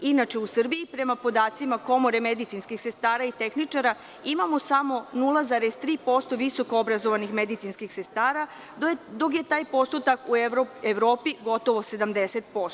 Inače, u Srbiji, prema podacima Komore medicinskih sestara i tehničara imamo samo 0,3% visoko obrazovanih medicinskih sestara, dok je taj postotak u Evropi gotovo 70%